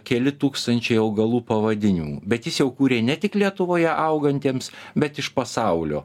keli tūkstančiai augalų pavadinimų bet jis jau kūrė ne tik lietuvoje augantiems bet iš pasaulio